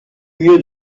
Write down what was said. mieux